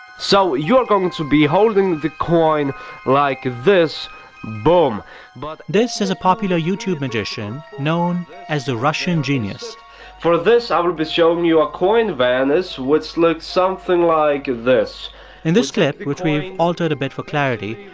so you're going to be holding the coin like this boom but this is a popular youtube youtube magician known as therussiangenius for this, i will be showing you a coin vanish, which looks something like this in this clip, which we've altered a bit for clarity,